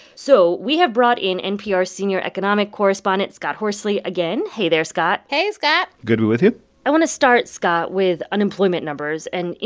so we have brought in npr's senior economic correspondent scott horsley again. hey there, scott hey, scott with you i want to start, scott, with unemployment numbers. and, you